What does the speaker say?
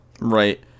right